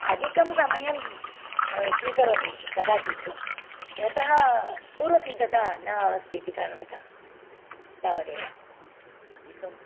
अधिकं समयं स्वीकरोमि कदाचित् यतः पूर्वसिद्धता न अस्तीति कारणतः तावदेव